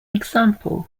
example